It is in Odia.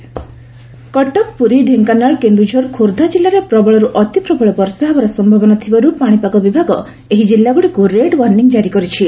ସେହିଭଳି କଟକ ପୁରୀଢେଙ୍କାନାଳ କେଉଁଝର ଖୋର୍ବ୍ଧା ଜିଲ୍ଲାରେ ପ୍ରବଳରୁ ଅତି ପ୍ରବଳ ବର୍ଷା ହେବାର ସୟାବନା ଥିବାରୁ ପାଶିପାଗ ବିଭାଗ ଏହି ଜିଲ୍ଲଗୁଡିକୁ ରେଡ ୱାର୍ଖିଂ ଜାରି କରିଛି